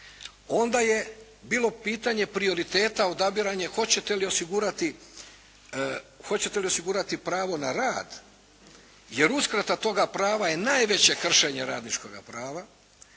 onda je bilo pitanje prioriteta odabiranje hoćete li osigurati pravo na rad, jer uskrata toga prava je najveće kršenje radničkoga prava